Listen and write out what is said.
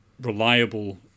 reliable